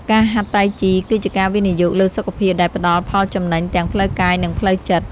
ការហាត់តៃជីគឺជាការវិនិយោគលើសុខភាពដែលផ្ដល់ផលចំណេញទាំងផ្លូវកាយ និងផ្លូវចិត្ត។